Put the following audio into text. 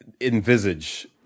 envisage